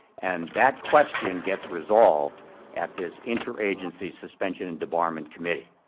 and that question gets resolved at this interagency suspension and debarment committee.